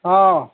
অঁ